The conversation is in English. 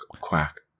Quack